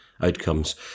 outcomes